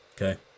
Okay